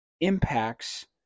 impacts